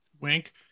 Wink